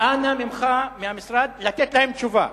אנא ממך, מהמשרד, לתת להם תשובה.